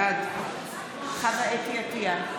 בעד חוה (אתי) עטייה,